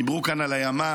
דיברו כאן על הימ"מ.